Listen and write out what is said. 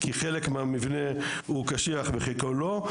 כי חלק מהמבנה הוא קשיח וחלקו לא.